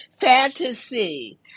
fantasy